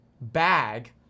bag